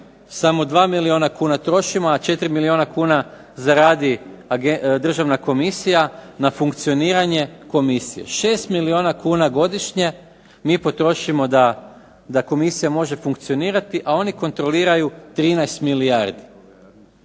samo 2 milijuna kuna trošimo, a 4 milijuna kuna zaradi Državna komisija na funkcioniranje komisije, 6 milijuna kuna godišnje mi potrošimo da komisija može funkcionirati, a oni kontroliraju 13 milijardi.